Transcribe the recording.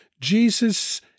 Jesus